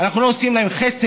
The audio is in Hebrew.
אנחנו לא עושים להם חסד.